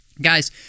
guys